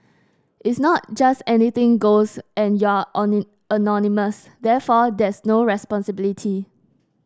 it's not just anything goes and you're anon anonymous therefore there's no responsibility